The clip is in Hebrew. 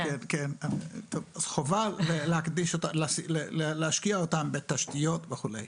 טוב, אז חובה להשקיע אותם בתשתיות וכולי.